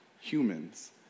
humans